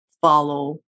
follow